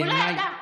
הוא לא ידע.